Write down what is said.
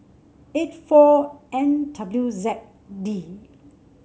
eight four N W Z D